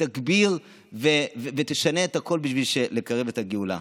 תגביר ותשנה את הכול בשביל לקרב את הגאולה,